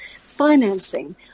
financing